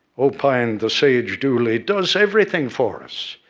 opined the sage, dooley, does everything for us.